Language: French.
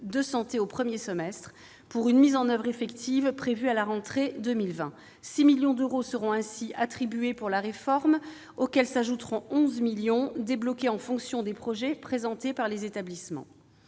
de santé au premier semestre prochain, pour une mise en oeuvre effective prévue à la rentrée de 2020 : 6 millions d'euros sont ainsi prévus pour la réforme, auxquels s'ajouteront 11 millions d'euros débloqués en fonction des projets présentés par les établissements.